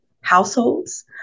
households